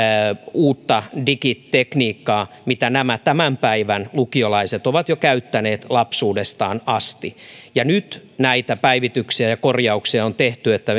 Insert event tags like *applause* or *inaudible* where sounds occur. uutta digitekniikkaa kuin nämä tämän päivän lukiolaiset ovat käyttäneet jo lapsuudestaan asti ja nyt näitä päivityksiä ja korjauksia on tehty niin että *unintelligible*